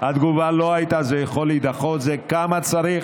התגובה לא הייתה: זה יכול להידחות, אלא: כמה צריך?